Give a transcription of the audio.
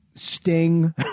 Sting